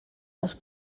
les